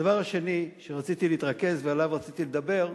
הדבר השני שרציתי להתרכז, ועליו רציתי לדבר,